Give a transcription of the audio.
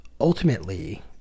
ultimately